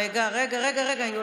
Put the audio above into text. רגע, רגע, רגע, רגע.